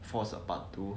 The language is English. for a part two